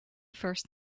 first